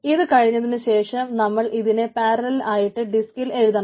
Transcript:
ഇത് കഴിഞ്ഞതിനുശേഷം നമ്മൾ ഇതിനെ പാരലൽ ആയിട്ട് ഡിസ്കിൽ എഴുതണം